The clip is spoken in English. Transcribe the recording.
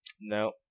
No